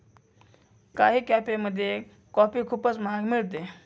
काही कॅफेमध्ये कॉफी खूपच महाग मिळते